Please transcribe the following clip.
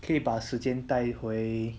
可以把时间带回